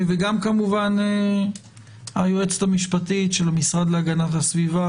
וגם כמובן היועצת המשפטית של המשרד להגנת הסביבה.